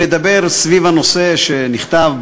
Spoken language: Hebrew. לדבר סביב הנושא שנכתב,